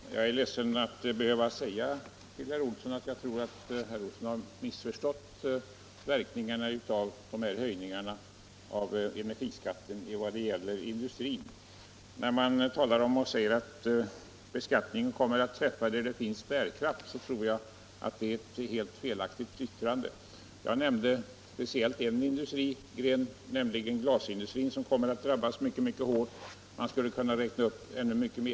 Herr talman! Jag är ledsen att behöva säga det, men jag tror att herr Olsson i Järvsö har missförstått verkningarna av energiskattehöjningarna när det gäller industrin. Då man säger att beskattningen kommer att träffa företag med god bärkraft tror jag detta är helt felaktigt. Jag nämnde speciellt en industrigren, glasindustrin, som kommer att drabbas mycket hårt, och jag skulle kunna räkna upp många fler.